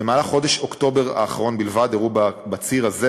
במהלך חודש אוקטובר האחרון בלבד אירעו בציר הזה,